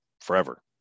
forever